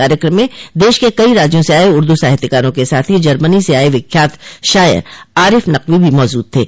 कार्यक्रम में देश के कई राज्यों से आये उर्दू साहित्यकारों के साथ ही जर्मनी से आये विख्यात शायर आरिफ नकवी भी मौजूद थे